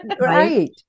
right